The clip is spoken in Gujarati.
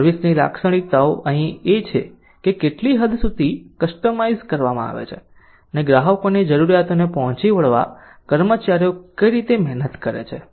સર્વિસ ની લાક્ષણિકતાઓ અહી એ છે કે કેટલી હદ સુધી કસ્ટમાઇઝ કરવામાં આવે છે અને ગ્રાહકોની જરૂરિયાતોને પહોંચી વળવા કર્મચારીઓ કઈ રીતે મહેનત કરે છે